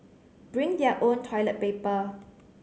bring their own toilet paper